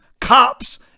cops